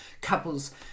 couples